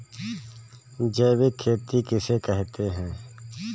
जैविक खेती किसे कहते हैं?